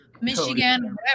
Michigan